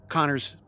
Connor's